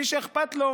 מי שאכפת לו